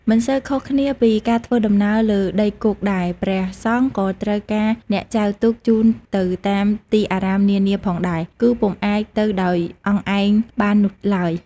មិនសូវខុសគ្នាពីការធ្វើដំណើរលើដីគោកដែរ ព្រះសង្ឃក៏ត្រូវការអ្នកចែវទូកជូនទៅតាមទីអារាមនានាផងដែរ គឺពុំអាចទៅដោយអង្គឯងបាននោះឡើយ។